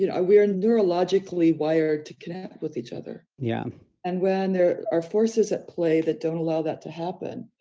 you know we are neurologically wired to connect with each other. yeah and when there are forces at play that don't allow that to happen,